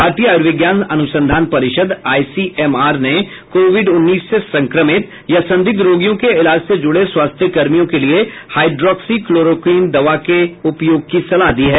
भारतीय आयूर्विज्ञान अन्संधान परिषद आईसी एमआर ने कोविड उन्नीस से संक्रमित या संदिग्ध रोगियों के इलाज से जुड़े स्वास्थ्यकर्मियों के लिए हाइड्रॉक्सी क्लोरोक्वीन दवा के उपयोग की सलाह दी है